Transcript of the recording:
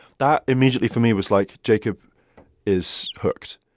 that, immediately for me, was like jacob is hooked.